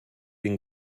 den